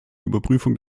überprüfung